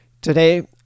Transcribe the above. Today